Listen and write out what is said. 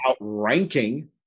outranking